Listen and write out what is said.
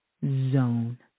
zone